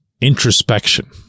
Introspection